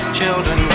children